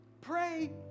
Pray